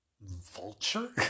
Vulture